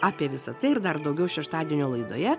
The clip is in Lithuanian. apie visa tai ir dar daugiau šeštadienio laidoje